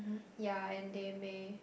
ya and they may